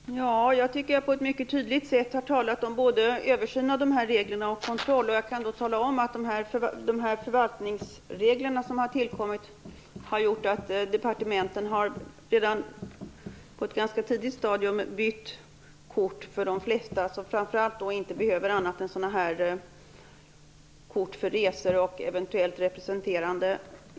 Herr talman! Jag tycker att jag på ett mycket tydligt sätt har talat om både en översyn av dessa regler och kontroll, och jag kan tala om att de förvaltningsregler som har tillkommit har gjort att departementen redan på ett ganska tidigt stadium har bytt kort för de flesta, framför allt för dem som inte behöver annat än kort för resor och eventuell representation.